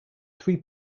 three